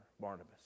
Barnabas